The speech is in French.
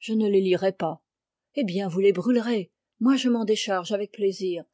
je ne les lirai pas eh bien vous les brûlez moi je m'en décharge avec plaisir